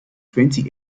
twenty